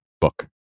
book